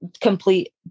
complete